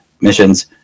Missions